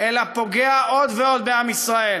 אלא פוגע עוד ועוד בעם ישראל,